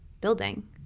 building